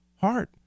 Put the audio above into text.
heart